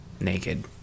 naked